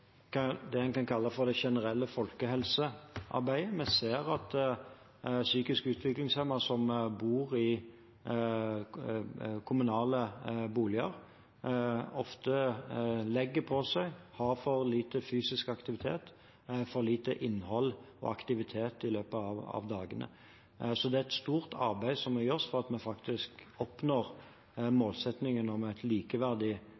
det en kan kalle det generelle folkehelsearbeidet. Vi ser at psykisk utviklingshemmede som bor i kommunale boliger, ofte legger på seg, har for lite fysisk aktivitet, for lite innhold og aktivitet i løpet av dagene. Så det er et stort arbeid som må gjøres for at vi faktisk oppnår målsettingen om et likeverdig